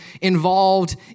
involved